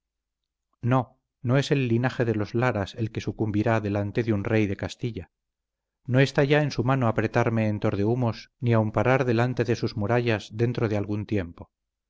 no no es el linaje de los laras el que sucumbirá delante de un rey de castilla no está ya en su mano apretarme en tordehumos ni aun parar delante de sus murallas dentro de algún tiempo